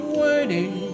waiting